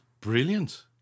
brilliant